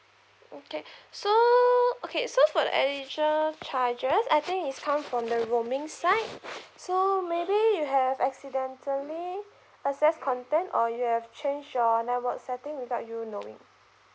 okay so okay so for the additional charges I think it's come from the roaming side so maybe you have accidentally accessed content or you have changed your network setting without you knowing